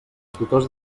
tutors